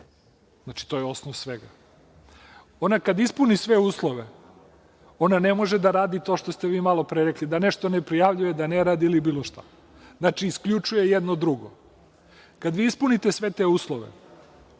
Znači, to je osnov svega. Ona kad ispuni sve uslove, ona ne može da radi to što ste vi malopre rekli – da nešto ne prijavljuje, da ne radi ili bilo šta. Znači, isključuje jedno drugo. Kad vi ispunite sve te uslove,